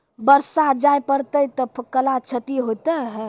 बरसा जा पढ़ते थे कला क्षति हेतै है?